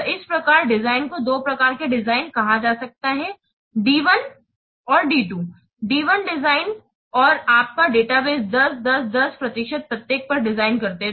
तो इसी प्रकार डिजाइन को दो प्रकार के डिजाइन कहा जा सकता है डी 1 डी 2 जैसे डी 1 डिजाइन और आपका डेटाबेस 10 10 10 प्रतिशत प्रत्येक पर डिजाइन करते हैं